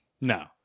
No